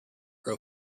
grow